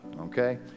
okay